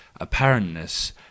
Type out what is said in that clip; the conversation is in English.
apparentness